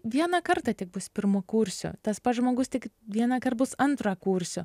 vieną kartą tik bus pirmakursiu tas pats žmogus tik vienąkart bus antrakursiu